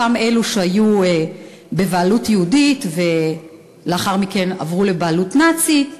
אותם אלה שהיו בבעלות יהודית ולאחר מכן עברו לבעלות נאצית.